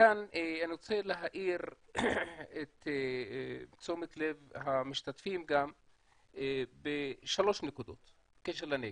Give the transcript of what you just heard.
כאן אני רוצה להאיר את תשומת לב המשתתפים לשלוש נקודות בקשר לנגב.